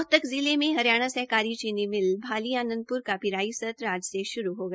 रोहतक जिले में हरियाणा सहकारी चीनी भाली आनंदप्र का पिराई सत्र आज से श्रू हो गया